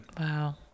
Wow